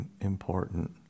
important